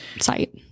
site